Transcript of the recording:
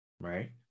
right